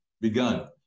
begun